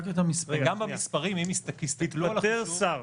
וגם במספרים --- התפטר שר,